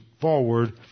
forward